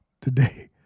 today